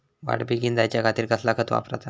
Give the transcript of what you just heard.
वाढ बेगीन जायच्या खातीर कसला खत वापराचा?